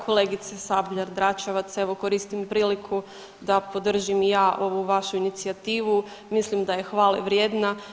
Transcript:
Kolegice Sabljar-Dračevac evo koristim priliku da podržim i ja ovu vašu inicijativu, mislim da je hvale vrijedna.